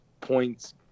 points